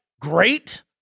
great